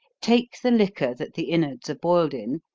take the liquor that the inwards are boiled in,